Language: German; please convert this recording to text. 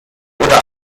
oder